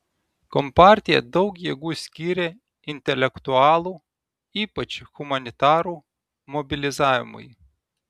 kompartija daug jėgų skyrė intelektualų ypač humanitarų mobilizavimui